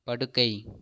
படுக்கை